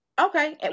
Okay